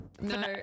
no